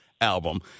album